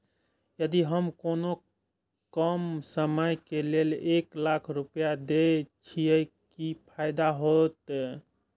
यदि हम कोनो कम समय के लेल एक लाख रुपए देब छै कि फायदा होयत?